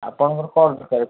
ଆପଣଙ୍କର କ'ଣ ଦରକାରେ